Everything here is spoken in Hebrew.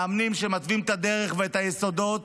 מאמנים שמתווים את הדרך ואת היסודות